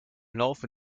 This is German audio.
laufe